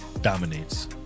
dominates